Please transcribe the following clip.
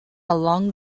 along